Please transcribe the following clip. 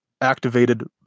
activated